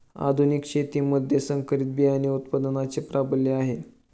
आधुनिक शेतीमध्ये संकरित बियाणे उत्पादनाचे प्राबल्य आहे